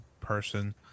person